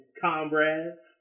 comrades